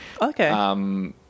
Okay